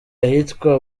ahitwa